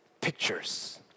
pictures